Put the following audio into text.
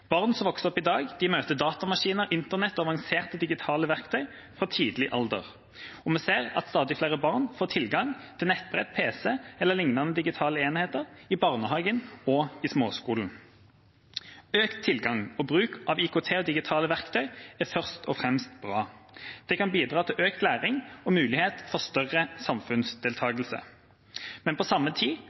Barn som vokser opp i dag, møter datamaskiner, internett og avanserte digitale verktøy fra tidlig alder. Og vi ser at stadig flere barn får tilgang til nettbrett, pc eller lignende digitale enheter i barnehagen og i småskolen. Økt tilgang og bruk av IKT og digitale verktøy er først og fremst bra. Det kan bidra til økt læring og mulighet for større samfunnsdeltakelse. Men på samme tid